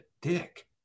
dick